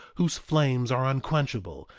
whose flames are unquenchable,